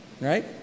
Right